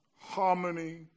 harmony